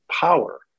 power